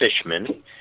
Fishman